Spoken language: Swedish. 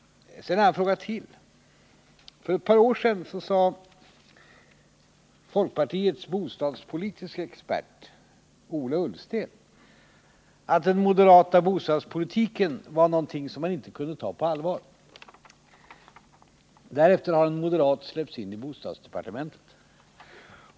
Sedan har jag en fråga till. För ett par år sedan sade folkpartiets bostadspolitiska expert Ola Ullsten, att den moderata bostadspolitiken var någonting som man inte kunde ta på allvar. Därefter har en moderat släppts in i bostadsdepartementet.